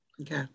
Okay